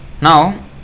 Now